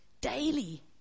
daily